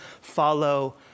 follow